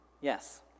Yes